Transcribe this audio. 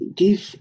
give